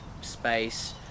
space